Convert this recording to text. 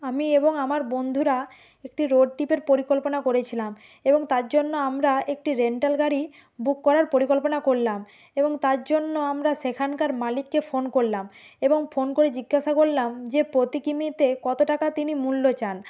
আমি এবং আমার বন্ধুরা একটি রোড ট্রিপের পরিকল্পনা করেছিলাম এবং তার জন্য আমরা একটি রেন্টাল গাড়ি বুক করার পরিকল্পনা করলাম এবং তারজন্য আমরা সেখানকার মালিককে ফোন করলাম এবং ফোন করে জিজ্ঞাসা করলাম যে প্রতি কিমিতে কত টাকা তিনি মূল্য চান